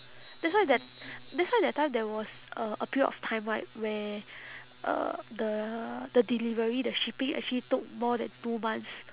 that's why that that's why that time there was a a period of time right where uh the the delivery the shipping actually took more than two months